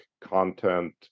content